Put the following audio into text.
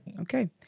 Okay